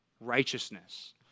righteousness